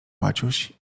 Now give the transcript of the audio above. maciuś